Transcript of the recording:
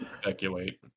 speculate